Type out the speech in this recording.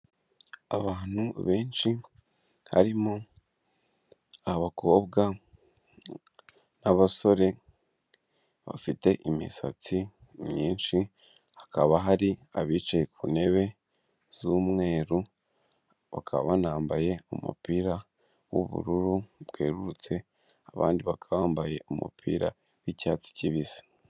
Abantu benshi harimo abakobwa n'abasore bafite imisatsi myinshi hakaba hari abicaye ku ntebe z'umweru bakaba banambaye umupira w'ubururu bwerurutse abandi bambaye umupira w'icyatsi kibisi.